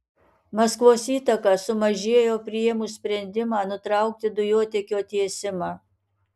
maskvos įtaka sumažėjo priėmus sprendimą nutraukti dujotiekio tiesimą